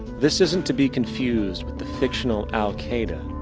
this isn't to be confused with the fictional al qaida,